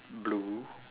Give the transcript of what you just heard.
blue